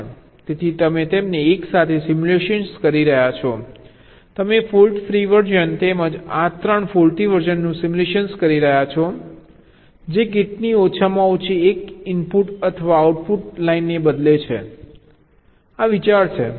તેથી તમે તેમને એકસાથે સિમ્યુલેટ કરી રહ્યાં છો તમે ફોલ્ટ ફ્રી વર્ઝન તેમજ આ 3 ફોલ્ટી વર્ઝનનું સિમ્યુલેટ કરી રહ્યાં છો જે ગેટની ઓછામાં ઓછી 1 ઇનપુટ અથવા આઉટપુટ લાઇનને બદલે છે આ વિચાર છે